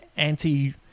Anti